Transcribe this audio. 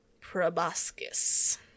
Proboscis